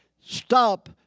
stop